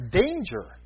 danger